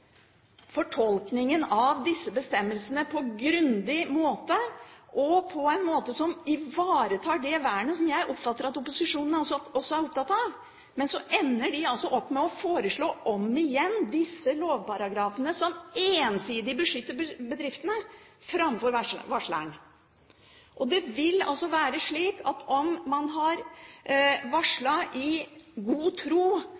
fortolkningen av disse bestemmelsene på en grundig måte, og på en måte som ivaretar det vernet som jeg oppfatter at opposisjonen også er opptatt av. Men så ender de altså opp med å foreslå om igjen disse lovparagrafene som ensidig beskytter bedriftene framfor varsleren. Om man har varslet i «god tro», er også et utrolig viktig begrep her. Det gjør at